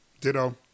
Ditto